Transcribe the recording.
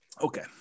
okay